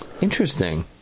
interesting